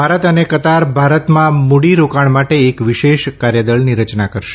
ભારત અને કતાર ભારતમાં મુડી રોકાણ માટે એક વિશેષ કાર્યદળની રચના કરશે